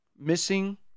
missing